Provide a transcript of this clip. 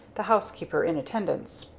the housekeeper in attendance.